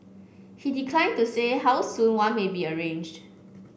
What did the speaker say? he declined to say how soon one may be arranged